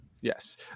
Yes